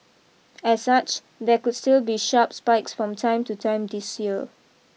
as such there could still be sharp spikes from time to time this year